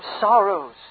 sorrows